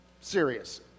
Serious